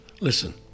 Listen